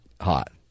hot